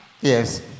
Yes